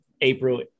April